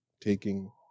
taking